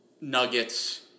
Nuggets